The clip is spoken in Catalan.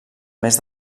més